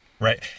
Right